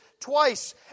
twice